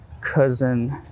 cousin